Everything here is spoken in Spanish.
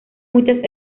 muchas